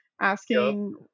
asking